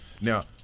Now